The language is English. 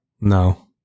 No